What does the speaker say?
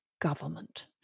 government